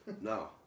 No